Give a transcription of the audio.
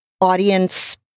audience